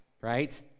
right